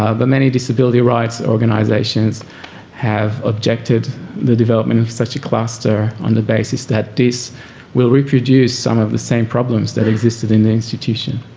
but many disability rights organisations have objected the development of such a cluster, on the basis that this will reproduce some of the same problems that existed in the institution.